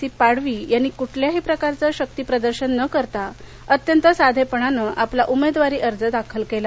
C Padvi यांनी कुठल्याही प्रकारचं शक्ती प्रदर्शन न करता अत्यंत साधेपणाने आपला उमेदवारी अर्ज दाखल केला